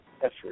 effort